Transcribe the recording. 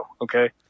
Okay